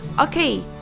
Okay